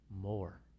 More